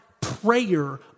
prayer